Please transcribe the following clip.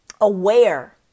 aware